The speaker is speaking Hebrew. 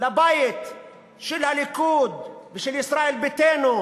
לבית של הליכוד ושל ישראל ביתנו,